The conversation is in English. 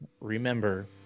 remember